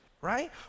right